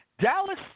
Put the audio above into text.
Dallas